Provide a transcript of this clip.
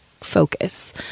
focus